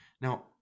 Now